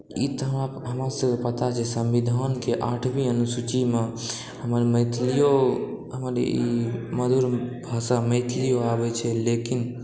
ई तऽ हमरा सबकेँ पता छै संविधानके आठवीं अनुसूचीमे हमर मैथिलीयो हमर ई मधुर भाषा मैथिलीयो आबै छै लेकिन